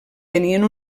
tenien